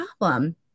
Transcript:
problem